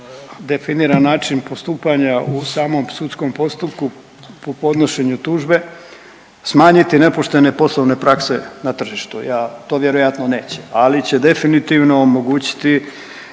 definira način postupanja u samom sudskom postupku po podnošenju tube smanjiti nepoštena poslovne prakse na tržištu. To vjerojatno neće, ali će definitivno omogućiti